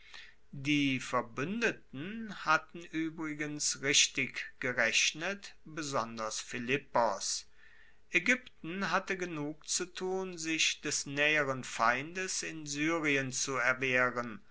die verbuendeten hatten uebrigens richtig gerechnet besonders philippos aegypten hatte genug zu tun sich des naeheren feindes in syrien zu erwehren